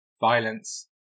violence